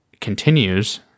continues